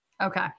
Okay